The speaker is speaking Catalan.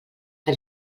que